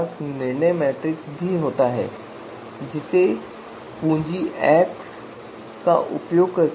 एक हमने वितरण सामान्यीकरण के बारे में बात की जहां वर्ग तत्वों के योग का वर्गमूल किया जाता है